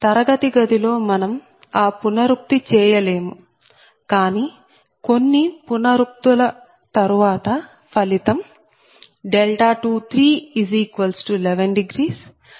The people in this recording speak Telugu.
తరగతి గదిలో మనం ఆ పునరుక్తి చేయలేము కానీ కొన్ని పునరుక్తుల తరువాత ఫలితం 2311 31 6 Pg11